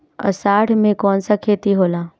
अषाढ़ मे कौन सा खेती होला?